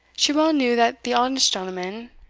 she well knew that the honest gentleman,